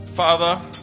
Father